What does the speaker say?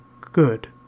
good